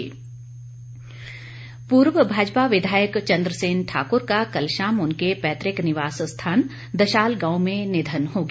निधन पूर्व भाजपा विधायक चन्द्र सेन ठाकुर का कल शाम उनके पैतुक निवास स्थान दशाल गाँव में निधन हो गया